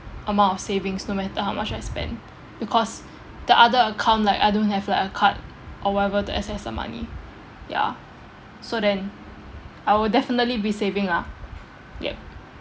amount of savings no matter how much I spend because the other account like I don't have like a card or whatever to access the money ya so then I will definitely be saving lah yup